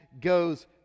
goes